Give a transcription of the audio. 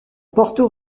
porto